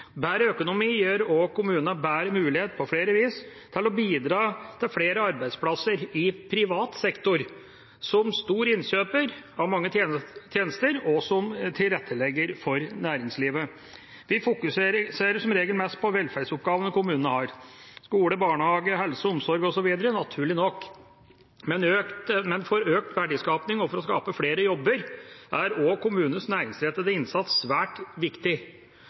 Bedre økonomi gir også kommunen bedre mulighet på flere vis til å bidra til flere arbeidsplasser i privat sektor, som stor innkjøper av mange tjenester, og som tilrettelegger for næringslivet. Vi fokuserer som regel mest på velferdsoppgavene kommunen har – skole, barnehage, helse, omsorg osv. – naturlig nok. Men for økt verdiskaping og for å skape flere jobber er også kommunens næringsrettede innsats svært viktig.